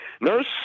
Nurse